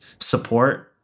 support